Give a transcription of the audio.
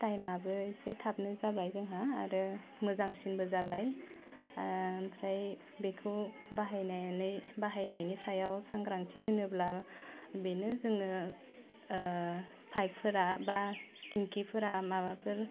टाइमआबो एसे थाबनो जाबाय जोंहा आरो मोजांसिनबो जाबाय आमफ्राय बेखौ बाहायनायनै बाहायनायनि सायाव सांग्रांथि होनोब्ला बिनो जोंनो ओह फाइफफोरा बा थिंखिफोरा माबाफोर